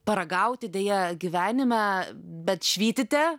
paragauti deja gyvenime bet švytite